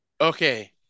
Okay